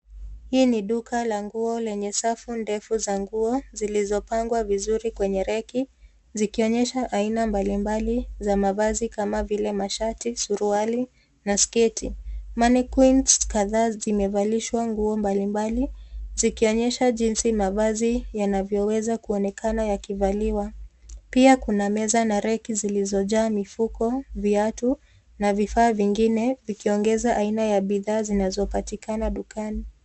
Hii ni duka la nguo lenye safu ndefu za nguo zilizopangwa vizuri kwenye reki zikionyesha aina mbalimbali za mavazi kama vile mashati, suruali, na sketi. Mannequins kadhaa zimevalishwa nguo mbalimbali zikionyesha jinsi mavazi yanavyoweza kuonekana yakivaliwa. Pia kuna meza na reki zilizojaa mifuko, viatu na vifaa vingine vikiongeza aina ya bidhaa zinazopatikana dukani.